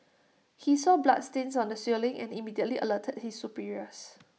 he saw bloodstains on the ceiling and immediately alerted his superiors